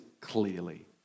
clearly